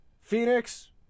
Phoenix